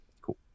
Cool